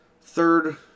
third